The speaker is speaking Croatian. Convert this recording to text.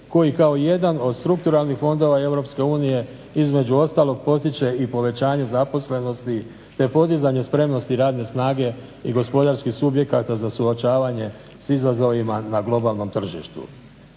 koji kao jedan od strukturalnih fondova Europske unije između ostalog potiče i povećanje zaposlenosti te podizanje spremnosti radne snage i gospodarskih subjekata za suočavanje s izazovima na globalnom tržištu.